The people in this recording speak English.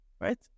right